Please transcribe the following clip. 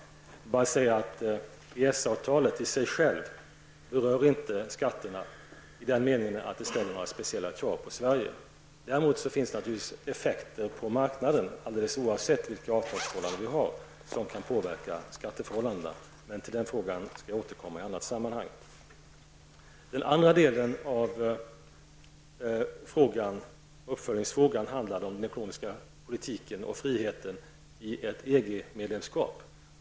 Jag vill bara säga att EES avtalet i sig självt inte berör skatterna i den meningen att det ställer några speciella krav på Sverige. Däremot blir det naturligtvis effekter på marknaden alldeles oavsett vilket avtal vi har som kan påverka skatteförhållandena, men till den frågan skall jag alltså återkomma i ett annat sammanhang. Krister Skånbergs andra följdfråga gällde den ekonomiska politikens frihet vid ett EG medlemskap.